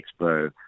expo